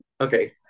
Okay